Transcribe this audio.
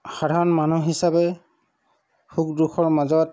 সাধাৰণ মানুহ হিচাপে সুখ দুখৰ মাজত